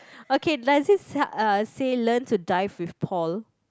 okay does it sa~ uh say learn to dive with Paul